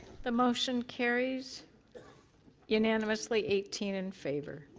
the motion carries unanimously eighteen in favor.